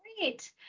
Great